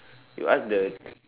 you ask the